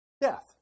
Death